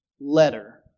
letter